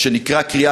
שנקרא קריאה,